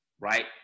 right